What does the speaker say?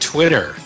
Twitter